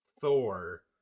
thor